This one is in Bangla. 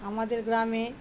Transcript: আমাদের গ্রামে